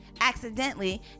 accidentally